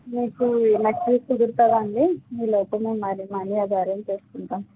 మీకూ next week కుదురుతాదా అండి ఈలోపు మేము మనీ మనీ అది అరెంజ్ చేసుకుంటాం